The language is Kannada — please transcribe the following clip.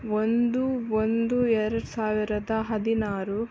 ಒಂದು ಒಂದು ಎರಡು ಸಾವಿರದ ಹದಿನಾರು